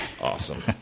awesome